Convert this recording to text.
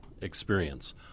experience